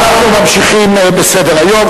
אנחנו ממשיכים בסדר-היום.